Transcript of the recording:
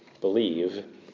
believe